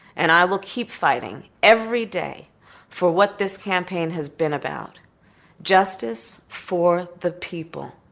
and i will keep fighting every day for what this campaign has been about justice for the people,